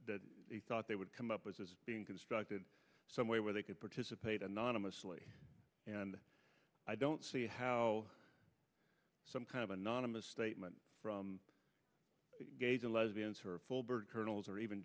that they thought they would come up as being constructed some way where they could participate anonymously and i don't how some kind of anonymous statement from gays or lesbians her full bird colonel is or even